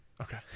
Okay